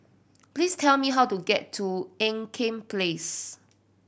please tell me how to get to Ean Kiam Place